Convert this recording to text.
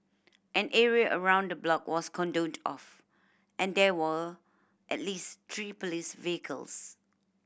an area around the block was cordoned off and there were at least three police vehicles